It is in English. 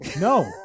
No